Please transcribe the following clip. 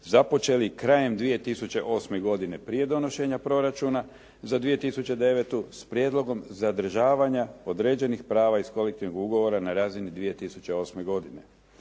započeli krajem 2008. godine prije donošenja proračuna za 2009. s prijedlogom zadržavanja određenih prava iz kolektivnog ugovora na razini 2008. godine.